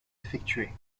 effectuées